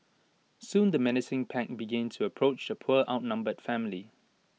soon the menacing pack began to approach the poor outnumbered family